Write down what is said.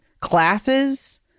classes